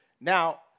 Now